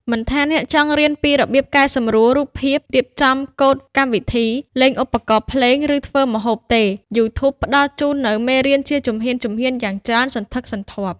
មិនថាអ្នកចង់រៀនពីរបៀបកែសម្រួលរូបភាព រៀបចំកូដកម្មវិធី លេងឧបករណ៍ភ្លេង ឬធ្វើម្ហូបទេ YouTube ផ្តល់ជូននូវមេរៀនជាជំហានៗយ៉ាងច្រើនសន្ធឹកសន្ធាប់។